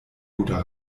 guter